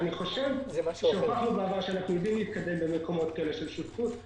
אני חושב שהוכחנו בעבר שאנחנו יודעים להתקדם במקומות של שותפות,